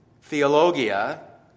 theologia